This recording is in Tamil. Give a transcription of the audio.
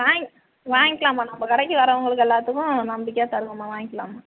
வாங் வாங்கிக்கலாம்மா நம்ம கடைக்கு வர்றவங்களுக்கு எல்லாத்துக்கும் நம்பிக்கையாக தருவேம்மா வாங்கிக்கலாம்மா